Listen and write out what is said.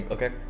Okay